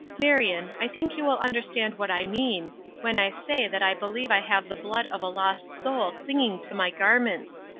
marion, i think you will understand what i mean when i say that i believe i have the blood of a lost soul clinging to my garments.